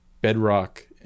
bedrock